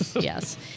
yes